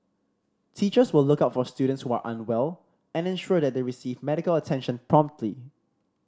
teachers will look out for students who are unwell and ensure that they receive medical attention promptly